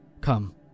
Come